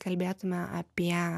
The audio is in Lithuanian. kalbėtume apie